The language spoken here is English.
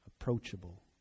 approachable